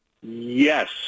Yes